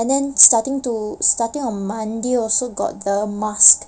and then starting to starting on monday also got the mask